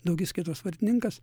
daugiskaitos vardininkas